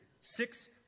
Six